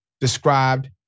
described